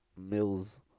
mills